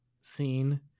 scene